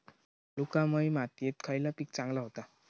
वालुकामय मातयेत खयला पीक चांगला होता?